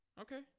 Okay